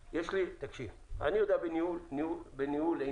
תקשיב, אני יודע בניהול עניינים